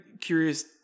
curious